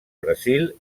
brasil